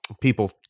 People